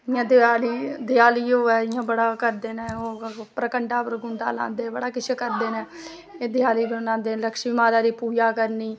इयां देआली देआली होऐ इयां बड़ा करदे न परकंडा परकुंडा लांदे नै बड़ा किश करदे नै देआली बनांदे लक्षमी माता दा पूजा करनी